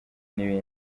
n’ibindi